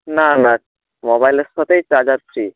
না না মোবাইলের সাথেই চার্জার ফ্রি